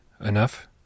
enough